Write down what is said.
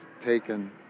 taken